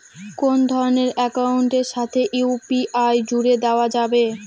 কোন ধরণের অ্যাকাউন্টের সাথে ইউ.পি.আই জুড়ে দেওয়া যাবে?